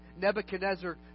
Nebuchadnezzar